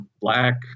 black